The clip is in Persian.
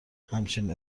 همچین